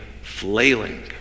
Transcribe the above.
flailing